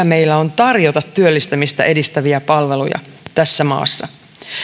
meillä on tarjota työllistymistä edistäviä palveluja tässä maassa